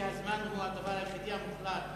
שהזמן הוא הדבר היחידי המוחלט,